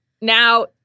now